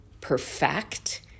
perfect